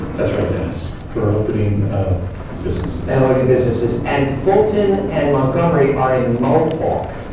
that's right, dennis. for opening of businesses. and opening businesses, and fulton and montgomery are in mohawk.